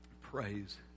Praise